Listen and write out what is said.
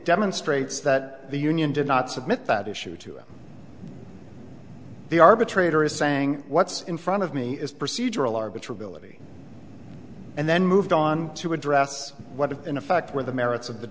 demonstrates that the union did not submit that issue to the arbitrator is saying what's in front of me is procedural arbiter ability and then moved on to address what is in effect where the merits of the